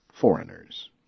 foreigners